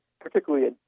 particularly